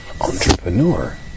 entrepreneur